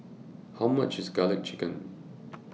How much IS Garlic Chicken